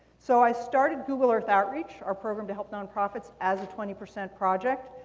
so i started google earth outreach, our program to help nonprofits, as a twenty percent project.